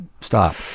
stop